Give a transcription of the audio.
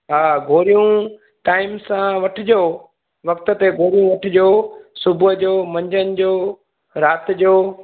हा गोरियूं टाइम सां वठिजो वक़्त ते गोरियूं वठिजो सुबुह जो मंझदि जो राति जो